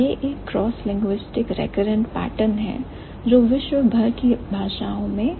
यह एक crosslinguistic recurrent pattern है जो विश्वभर की भाषाओं में दिखता है